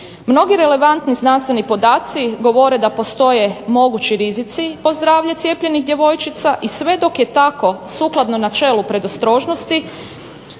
Mnogi relevantni znanstveni podaci govore da postoje mogući rizici po zdravlje cijepljenih djevojčica i sve dok je tako sukladno načelu predostrožnosti